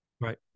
Right